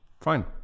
fine